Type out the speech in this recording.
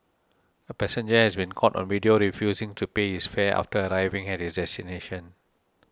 a passenger has been caught on video refusing to pay his fare after arriving at his destination